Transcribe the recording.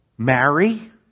marry